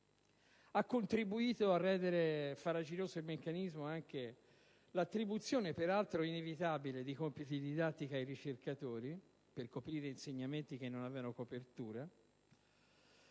Hanno contribuito a rendere farraginoso il meccanismo anche l'attribuzione, peraltro inevitabile, di compiti didattici ai ricercatori, per coprire insegnamenti che non avevano copertura,